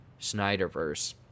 Snyderverse